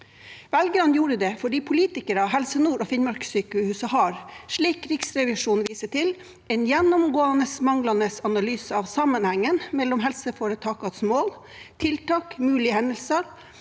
Velgerne gjorde det fordi politikere, Helse nord og Finnmarkssykehuset har, slik Riksrevisjonen viser til, en gjennomgående manglende analyse av sammenhengen mellom helseforetakenes mål, tiltak, mulige hendelser,